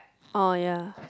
oh ya